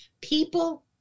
People